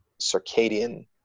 circadian